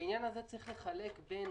בעניין הזה צריך לחלק בין